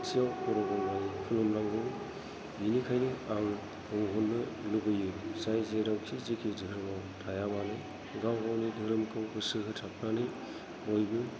खाथियाव खर' गंग्राय खुलुमनांगौ बेनिखायनो आं बुंहरनो लुगैयो जाय जेरावखि जेखि धोरोमाव थाया मानो गाव गावनि धोरोमखौ गोसो होथाबनानै बयबो